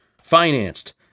financed